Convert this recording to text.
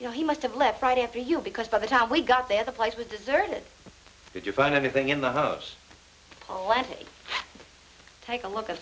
you know he must have left right after you because by the time we got there the place with deserted did you find anything in the house let me take a look at